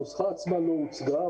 הנוסחה עצמה לא הוצגה.